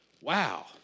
Wow